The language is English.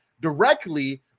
directly